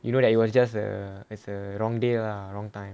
you know that it was just the that's a wrong day lah wrong time